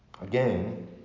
Again